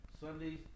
Sundays